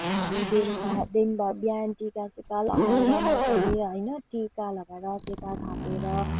हामी बेलुका दिनभर बिहान टिका सिका लगाएर मजाले है टिका लगाएर अक्षता थापेर